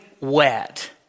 wet